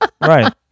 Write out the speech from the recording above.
Right